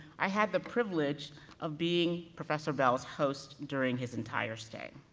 i had the privilege of being professor bell's host during his entire stay.